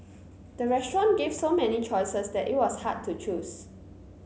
the restaurant gave so many choices that it was hard to choose